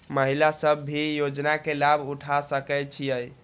महिला सब भी योजना के लाभ उठा सके छिईय?